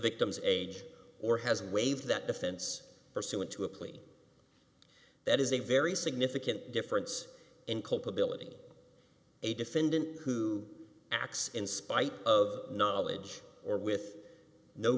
victim's age or has waived that defense pursuant to a plea that is a very significant difference in culpability a defendant who acts in spite of knowledge or with no